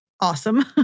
awesome